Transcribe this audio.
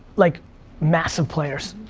like massive players.